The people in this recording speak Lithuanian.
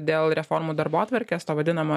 dėl reformų darbotvarkės vadinamo